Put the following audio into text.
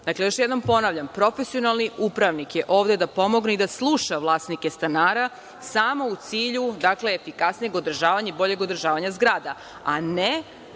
još jednom ponavljam, profesionalni upravnik je ovde da pomogne i da sluša vlasnike stanara, samo u cilju, efikasnijeg održavanja i boljeg održavanja zgrada, a ne